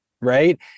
right